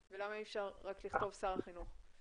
ולמה אי אפשר רק לכתוב שר החינוך?